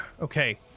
Okay